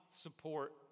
support